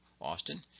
Austin